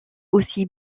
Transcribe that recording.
aussi